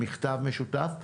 מכתב משותף,